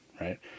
right